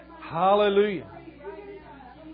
Hallelujah